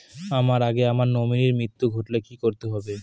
আমার আগে আমার নমিনীর মৃত্যু ঘটলে কি করতে হবে?